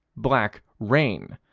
black rain.